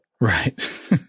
Right